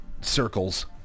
circles